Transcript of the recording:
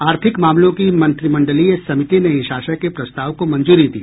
आर्थिक मामलों की मंत्रिमंडलीय समिति ने इस आशय के प्रस्ताव को मंजूरी दी